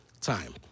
Time